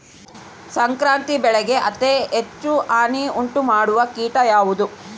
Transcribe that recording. ಸೂರ್ಯಕಾಂತಿ ಬೆಳೆಗೆ ಅತೇ ಹೆಚ್ಚು ಹಾನಿ ಉಂಟು ಮಾಡುವ ಕೇಟ ಯಾವುದು?